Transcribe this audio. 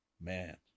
Man